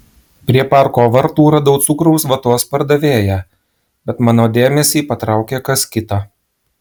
prie parko vartų radau cukraus vatos pardavėją bet mano dėmesį patraukė kas kita